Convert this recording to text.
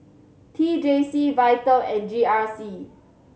T J C Vital and G R C